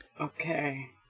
Okay